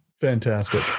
Fantastic